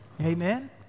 Amen